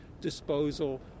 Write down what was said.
disposal